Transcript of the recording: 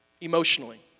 emotionally